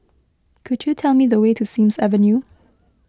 could you tell me the way to Sims Avenue